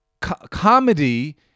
comedy